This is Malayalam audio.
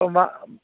അപ്പം വാ